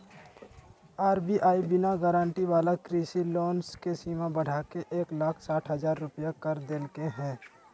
RBI बिना guarantee वाला कृषि लोन के सीमा बढ़ाके एक लाख साठ हजार रुपया कर देलके हें